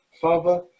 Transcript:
father